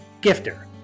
Gifter